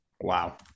Wow